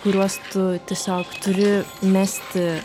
kuriuos tu tiesiog turi mesti